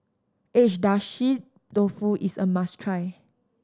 Agedashi Dofu is a must try